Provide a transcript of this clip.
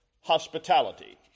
hospitality